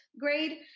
grade